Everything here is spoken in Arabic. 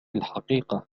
الحقيقة